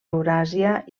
euràsia